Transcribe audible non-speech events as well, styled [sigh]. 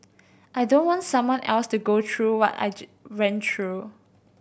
I don't want someone else to go through what I [unintelligible] went through